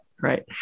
right